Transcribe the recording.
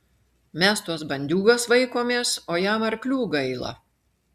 mes tuos bandiūgas vaikomės o jam arklių gaila